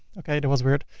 okay that was weird,